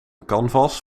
canvas